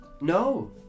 No